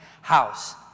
house